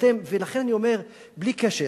ולכן אני אומר, בלי קשר